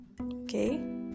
okay